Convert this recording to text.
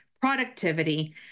productivity